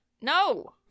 No